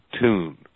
tune